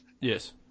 Yes